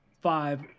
five